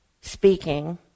speaking